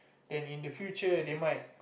then in the future they might